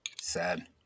Sad